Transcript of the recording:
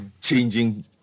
changing